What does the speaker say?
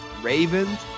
Ravens